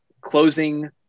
closing